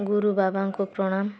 ଗୁରୁ ବାବାଙ୍କୁ ପ୍ରଣାମ